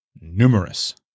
numerous